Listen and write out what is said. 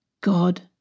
God